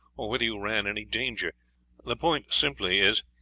or whether you ran any danger the point simply is,